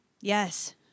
Yes